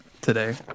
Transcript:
today